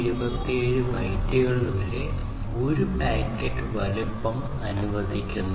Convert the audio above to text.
4 127 ബൈറ്റുകൾ വരെ ഒരു പാക്കറ്റ് വലുപ്പം അനുവദിക്കുന്നു